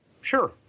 Sure